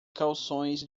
calções